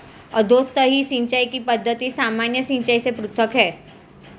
अधोसतही सिंचाई की पद्धति सामान्य सिंचाई से पृथक है